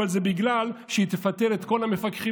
אבל זה בגלל שהיא תפטר את כל המפקחים